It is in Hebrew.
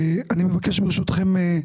אני מבקש, ברשותכם,